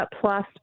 plus